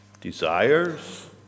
desires